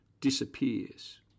disappears